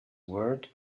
world